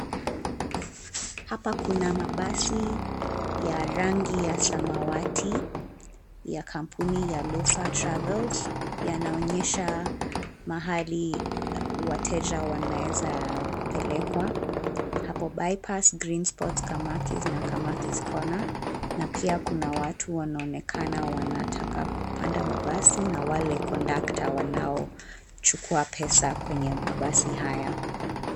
Hapa kuna mabasi ya rangi ya samawati ya kampuni ya Loffa Travels. Yanaonyesha mahali wateja wanaweza pelekwa. Hapo Bypass, Greensports Kamakis na KamakisCorner. Na pia kuna watu wanaonekana wanataka kupanda mabasi na wale conductor wanao chukua pesa kwenye mabasi haya.